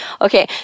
Okay